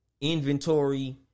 inventory